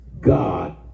God